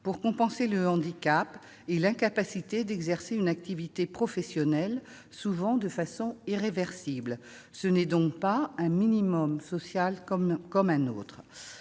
pour compenser le handicap et l'incapacité d'exercer une activité professionnelle, souvent de façon irréversible. Ce n'est donc pas un minimum social comme un autre.